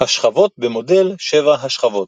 השכבות במודל 7 השכבות